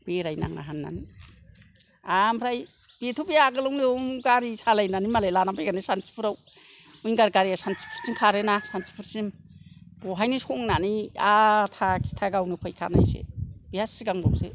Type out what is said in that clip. बेरायनाङा होननानै आमफ्राय बेथ' बे आगोलावनो अं गारि सालायनानै मालाय लानानै फैखानाय सानथिफुराव उइंगार गारिया सानथिफुरथिं खारोना सानथिफुरसिम बावहायनो संनानै आथा खिथा गावनो फैखानायसो बेहा सिगांबावसो